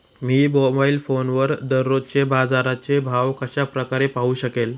मी mobile फोनवर दररोजचे बाजाराचे भाव कशा प्रकारे पाहू शकेल?